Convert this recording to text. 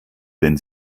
wenn